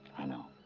i know.